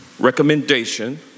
recommendation